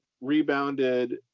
rebounded